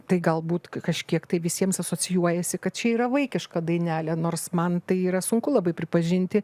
tai galbūt kažkiek tai visiems asocijuojasi kad čia yra vaikiška dainelė nors man tai yra sunku labai pripažinti